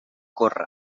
corre